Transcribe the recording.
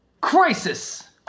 crisis